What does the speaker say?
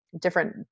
different